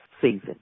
season